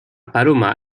paloma